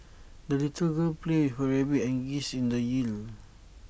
the little girl played her rabbit and geese in the year